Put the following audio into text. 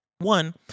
One